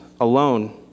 alone